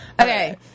Okay